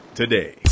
today